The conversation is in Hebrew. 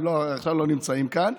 עכשיו הם לא נמצאים כאן,